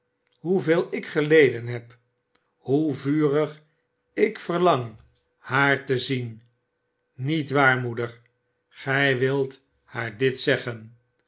hoeveel ik geleden heb hoe vurig ik verlang haar te zien niet waar moeder gij wilt haar dit zeggen